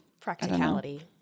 practicality